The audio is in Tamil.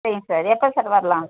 சரிங்க சார் எப்போது சார் வரலாம்